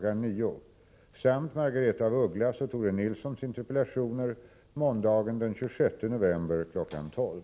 9 samt Margaretha af Ugglas och Tore Nilssons interpellationer måndagen den 26 november kl. 12.